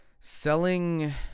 selling